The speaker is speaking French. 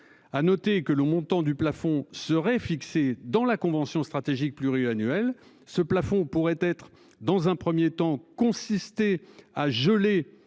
À noter que le montant du plafond serait fixé dans la convention stratégique pluriannuel ce plafond pourrait être dans un 1er temps consister à geler